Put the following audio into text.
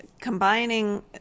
combining